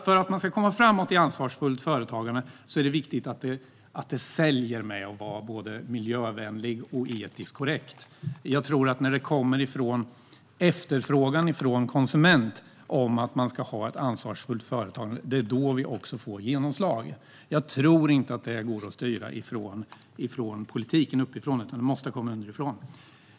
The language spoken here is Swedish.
För att man ska komma framåt med ansvarsfullt företagande tror jag att det är viktigt att det säljer att vara både miljövänlig och etiskt korrekt. Jag tror att det är när konsumenterna efterfrågar ansvarsfullt företagande vi får ett genomslag. Jag tror inte att detta går att styra politiskt uppifrån, utan det måste komma underifrån.